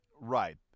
Right